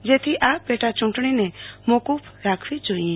જેથી આ પેટા ચુટણી મોકફ રાખવી જોઈએ